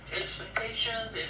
expectations